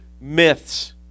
myths